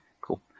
cool